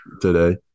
today